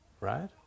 Right